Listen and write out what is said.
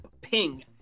ping